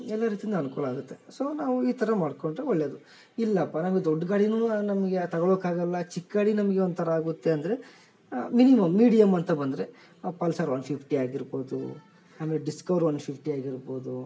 ಎಲ್ಲ ರೀತಿಂದ ಅನುಕೂಲ ಆಗುತ್ತೆ ಸೊ ನಾವು ಈ ಥರ ಮಾಡಿಕೊಂಡ್ರೆ ಒಳ್ಳೇದು ಇಲ್ಲಪ್ಪ ನಂಗೆ ದೊಡ್ಡ ಗಾಡಿ ನಮಗೆ ತಗೋಳಕಾಗೊಲ್ಲ ಚಿಕ್ಕ ಗಾಡಿ ನಮಗೆ ಒಂಥರ ಆಗುತ್ತೆ ಅಂದರೆ ಮಿನಿಮಮ್ ಮೀಡಿಯಮ್ ಅಂತ ಬಂದರೆ ಪಲ್ಸರ್ ಒನ್ ಫಿಫ್ಟಿ ಆಗಿರ್ಬೋದು ಆಮೇಲೆ ಡಿಸ್ಕವರ್ ಒನ್ ಫಿಫ್ಟಿ ಆಗಿರ್ಬೋದು